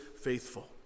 faithful